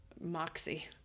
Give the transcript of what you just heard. moxie